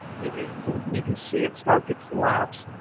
you you can see it start to collapse,